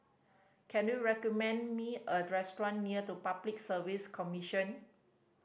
can you recommend me a restaurant near the Public Service Commission